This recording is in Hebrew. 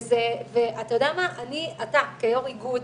אתה כיו"ר איגוד,